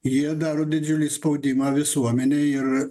jie daro didžiulį spaudimą visuomenei ir